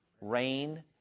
Rain